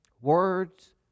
Words